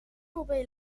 obrir